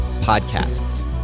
podcasts